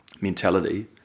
mentality